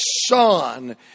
son